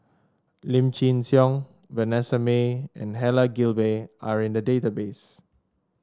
Lim Chin Siong Vanessa Mae and Helen Gilbey are in the database